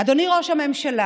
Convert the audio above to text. אדוני ראש הממשלה,